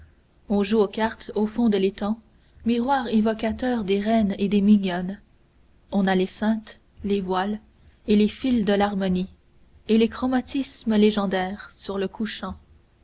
on joue aux cartes au fond de l'étang miroir évocateur des reines et des mignonnes on a les saintes les voiles et les fils d'harmonie et les chromatismes légendaires sur le couchant